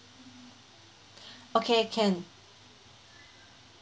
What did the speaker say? okay can